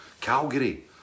Calgary